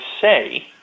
say